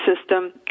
system